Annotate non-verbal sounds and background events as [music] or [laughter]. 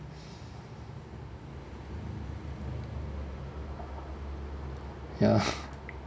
ya [laughs]